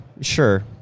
sure